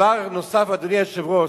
דבר נוסף, אדוני היושב-ראש,